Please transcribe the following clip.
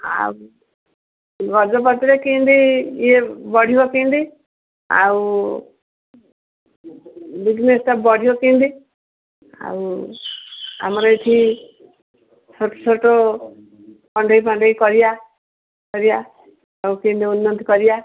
ଆଉ ଗଛ ଫଛରେ କେମିତି ଇଏ ବଢ଼ିବ କେମିତି ଆଉ ବିଜନେସ୍ଟା ବଢ଼ିବ କେମିତି ଆଉ ଆମର ଏଠି ଛୋଟ ଛୋଟ କଣ୍ଢେଇ ଫଣ୍ଢେଇ କରିବା କରିବା ଆଉ କେମିତି ଉନ୍ନତି କରିବା